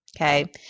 Okay